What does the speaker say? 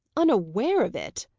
unaware of it!